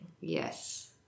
yes